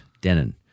Denon